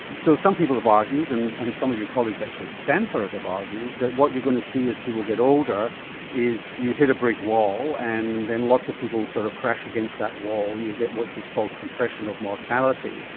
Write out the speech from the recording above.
so some people have argued and and some of your colleagues actually at stanford have argued that what you're going to see as people get older is you hit a brick wall and then lots of people sort of crash against that wall and you get what's called compression of mortality,